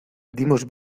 dimos